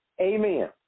Amen